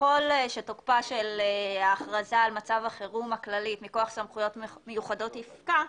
ככל שתוקפה של ההכרזה על מצב החירום הכללי מכוח סמכויות מיוחדות יפקע,